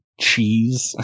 cheese